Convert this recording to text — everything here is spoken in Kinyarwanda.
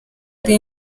ari